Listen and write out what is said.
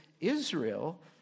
Israel